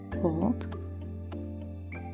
Hold